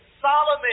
Solomon